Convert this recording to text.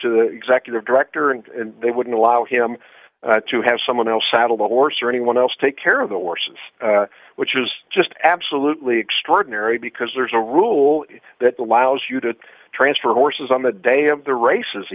to the d executive director and they wouldn't allow him to have someone else saddled a horse or anyone else take care of the horses which is just absolutely extraordinary because there's a rule that allows you to transfer horses on the day of the races